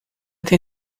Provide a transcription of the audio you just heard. tem